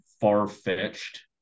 far-fetched